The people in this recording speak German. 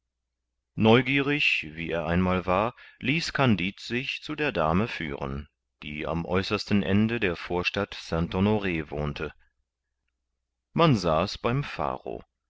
neugierig wie er einmal war ließ kandid sich zu der dame führen die am äußersten ende der vorstadt st honor wohnte man saß beim pharo